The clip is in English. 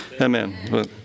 Amen